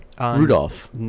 Rudolph